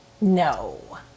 No